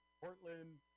Portland